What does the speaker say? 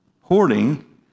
Hoarding